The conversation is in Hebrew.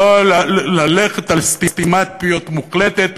ללכת על סתימת פיות מוחלטת?